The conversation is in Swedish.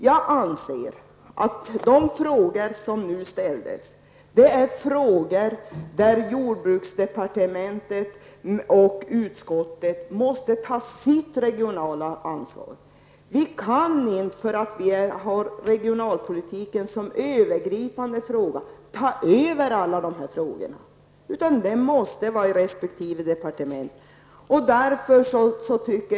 Jag anser att de frågor som ställdes är frågor där jordbruksdepartementet och utskottet måste tas sitt regionala ansvar. Vi kan inte, bara för att vi har regionalpolitiken som en övergripande fråga ta över alla dessa frågor. De måste behandlas i resp. departement.